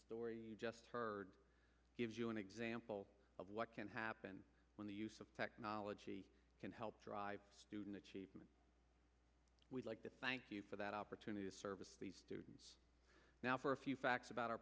story you just heard gives you an example of what can happen when the use of technology can help drive student achievement we'd like to thank you for that opportunity of service now for a few facts about our